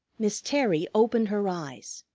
miss terry opened her eyes.